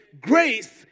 Grace